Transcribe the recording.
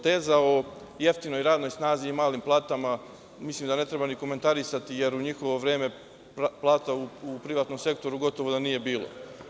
Tezu o jeftinoj radnog snazi i malim platama, mislim da ne treba ni komentarisati, jer u njihovo vreme plate u privatnom sektoru gotovo da nije bilo.